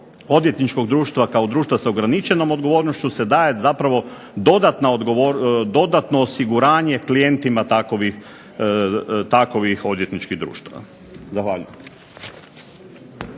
odvjetničkog društva kao društva s ograničenom odgovornošću se daje zapravo dodatno osiguranje klijentima takvih odvjetničkih društava. Zahvaljujem.